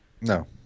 No